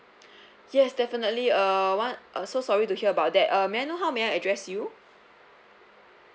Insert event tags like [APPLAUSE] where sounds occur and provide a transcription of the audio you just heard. [BREATH] yes definitely uh what uh so sorry to hear about that uh may I know how may I address you